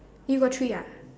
you got three ah